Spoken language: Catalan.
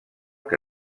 que